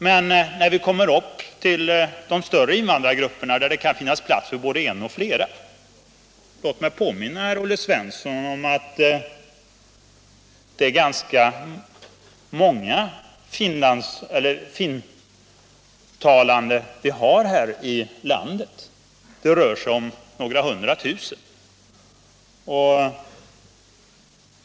Men låt mig när det gäller de stora invandrargrupperna påminna Olle Svensson om att det finns ganska många finsktalande här i landet — det rör sig om några hundratusen.